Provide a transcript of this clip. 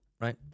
right